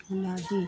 या भी